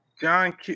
John